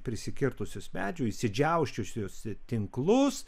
prisikirtusius medžių išsidžiausčiusius tinklus